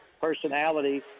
personality